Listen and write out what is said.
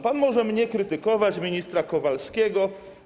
Pan może mnie krytykować, ministra Kowalskiego.